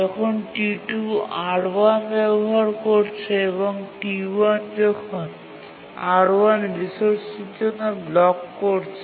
যখন T2 R1 ব্যবহার করছে এবং T1 তখন R1 রিসোর্সটির জন্য ব্লক করছ